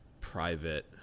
private